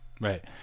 Right